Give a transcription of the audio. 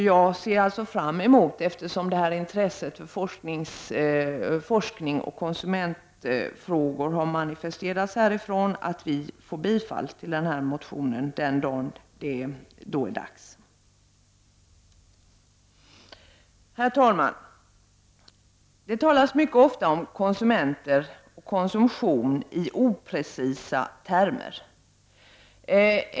Jag ser alltså fram emot, eftersom intresset för forskning och konsumentpolitik här manifesterats, att det blir bifall till vår motion. Herr talman! Det talas mycket ofta om konsumenter och konsumtion i oprecisa termer.